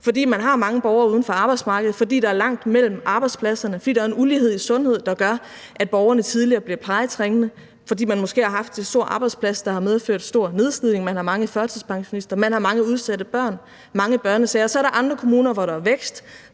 fordi man har mange borgere uden for arbejdsmarkedet; fordi der er langt mellem arbejdspladserne; fordi der er en ulighed i sundhed, der gør, at borgerne tidligere bliver plejetrængende, måske fordi man har haft en stor arbejdsplads, der har medført stor nedslidning; fordi man har mange af førtidspensionister; fordi man har mange udsatte børn og mange børnesager. Og så er der andre kommuner, hvor der er vækst,